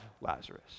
Lazarus